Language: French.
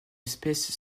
espèce